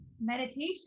meditation